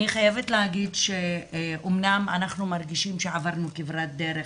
אני חייבת להגיד שאמנם אנחנו מרגישים שעברנו כברת דרך